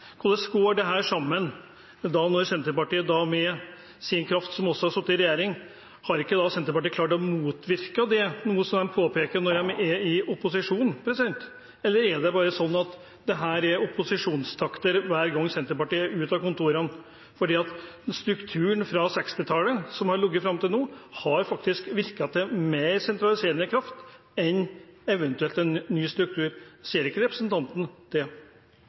Hvordan henger dette sammen, når Senterpartiet i kraft av å ha sittet i regjering ikke har klart å motvirke dette, det som de påpeker når de er i opposisjon? Eller er det bare sånn at dette er opposisjonstakter hver gang Senterpartiet er ute av kontorene? For strukturen fra 1960-tallet, som har ligget fram til nå, har faktisk hatt mer sentraliserende kraft enn en eventuell en ny struktur. Ser ikke representanten det?